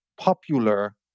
popular